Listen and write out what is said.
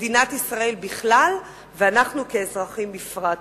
מדינת ישראל בכלל ואנחנו כאזרחים בפרט.